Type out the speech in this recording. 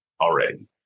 already